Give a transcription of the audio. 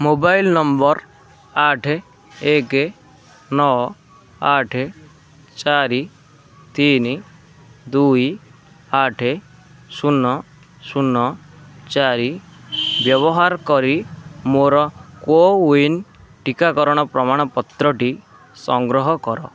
mobile number ଆଠ ଏକ ନଅ ଆଠ ଚାରି ତିନି ଦୁଇ ଆଠ ଶୂନ ଶୂନ ଚାରି ବ୍ୟବହାର କରି ମୋର କୋୱିନ୍ ଟିକାକରଣର ପ୍ରମାଣପତ୍ରଟି ସଂଗ୍ରହ କର